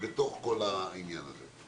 בתוך כל העניין הזה.